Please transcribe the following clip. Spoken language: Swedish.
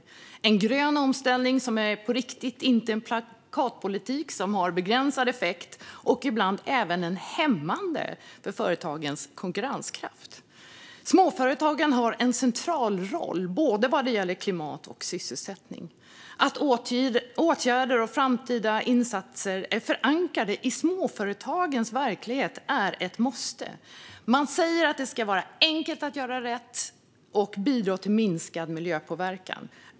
Det ska vara en grön omställning som är på riktigt, inte en plakatpolitik som har en begränsad effekt och ibland även en hämmande effekt på företagens konkurrenskraft. Småföretagen har en central roll vad gäller både klimat och sysselsättning. Att åtgärder och framtida insatser är förankrade i småföretagens verklighet är ett måste. Man säger att det ska vara enkelt att göra rätt och bidra till minskad miljöpåverkan.